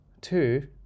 two